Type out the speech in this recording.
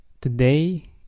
today